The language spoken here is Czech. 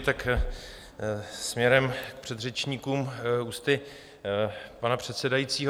Tak směrem k předřečníkům, ústy pana předsedajícího.